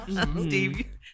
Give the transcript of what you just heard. Steve